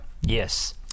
yes